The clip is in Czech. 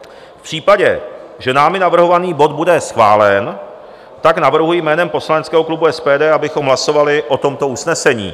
V případě, že námi navrhovaný bod bude schválen, navrhuji jménem poslaneckého klubu SPD, abychom hlasovali o tomto usnesení.